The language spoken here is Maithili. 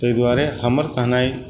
ताहि दुआरे हमर कहनाइ